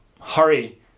hurry